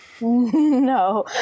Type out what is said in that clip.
No